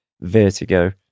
vertigo